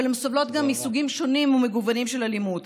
אבל הן סובלות גם מסוגים שונים ומגוונים של אלימות,